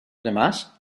demás